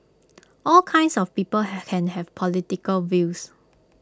all kinds of people can have political views